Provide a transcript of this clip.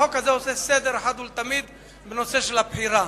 החוק הזה עושה סדר אחת ולתמיד בנושא הבחירה.